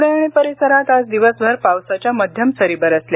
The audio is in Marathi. पुणे आणि परिसरात आज दिवसभर पावसाच्या मध्यम सरी बरसल्या